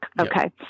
Okay